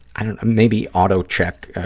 i don't, maybe auto-check,